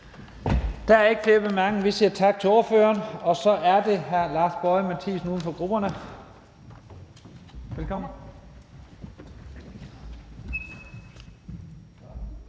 Der er ikke flere bemærkninger, og så siger vi tak til ordføreren. Så er det hr. Lars Boje Mathiesen, uden for grupperne. Velkommen.